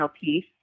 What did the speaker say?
piece